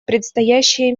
предстоящие